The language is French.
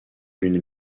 d’une